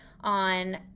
on